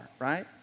right